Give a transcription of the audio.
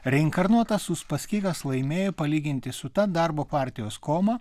reinkarnuotas uspaskichas laimėjo palyginti su ta darbo partijos koma